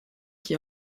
qui